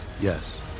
Yes